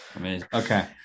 Okay